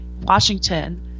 Washington